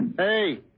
Hey